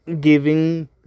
giving